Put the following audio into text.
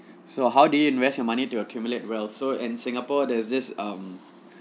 so how do you invest your money to accumulate wealth so in singapore there's this um